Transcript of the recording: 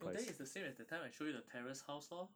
no then is the same as that time I show you the terrace house lor